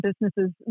businesses